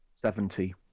Seventy